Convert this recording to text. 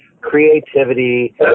creativity